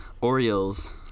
Orioles